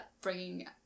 bringing